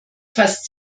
fast